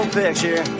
picture